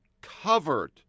covered